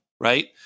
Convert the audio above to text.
right